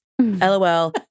LOL